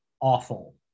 awful